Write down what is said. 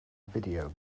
video